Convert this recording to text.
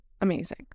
amazing